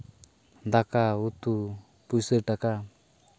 ᱫᱟᱠᱟ ᱩᱛᱩ ᱯᱩᱭᱥᱟᱹ ᱴᱟᱠᱟ